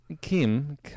Kim